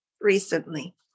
recently